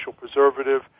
preservative